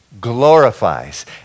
glorifies